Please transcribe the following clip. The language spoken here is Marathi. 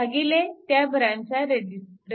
भागिले त्या ब्रँचचा r